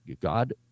God